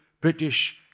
British